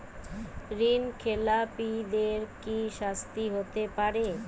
ঋণ খেলাপিদের কি শাস্তি হতে পারে?